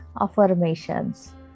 affirmations